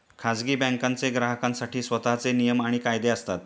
खाजगी बँकांचे ग्राहकांसाठी स्वतःचे नियम आणि कायदे असतात